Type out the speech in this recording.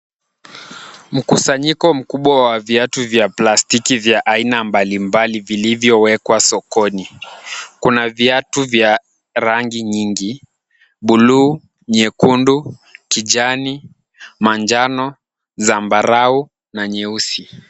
Mkusanyiko mkubwa wa viatu vya plastiki vya aina mbalimbali vilivyowekwa sokoni. Kuna viatu vya rangi nyingi: bluu, nyekundu, kijani, manjano, zambarau na nyeusi.